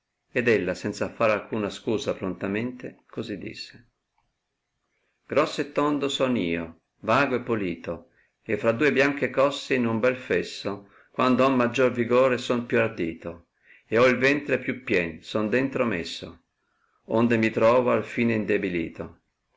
ed ella senza far alcuna scusa prontamente così disse grosso e tondo son io vago e polito e fra due bianche cosse in un bel fesso quand ho maggior vigor e son più ardito ed ho il ventre più pien son dentro messo onde mi trovo al fine